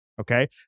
Okay